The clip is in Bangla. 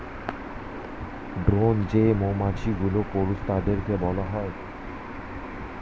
ড্রোন যেই মৌমাছিগুলো, পুরুষ তাদেরকে বলা হয়